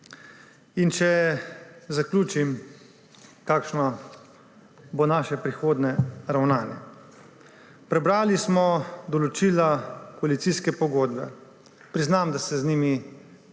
Naj zaključim. Kakšno bo naše prihodnje ravnanje? Prebrali smo določila koalicijska pogodbe. Priznam, da se z njimi ne